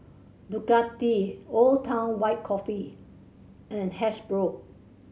Ducati Old Town White Coffee and Hasbro